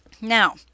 Now